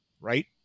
right